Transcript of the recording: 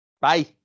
Bye